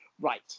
Right